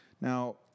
Now